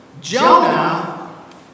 Jonah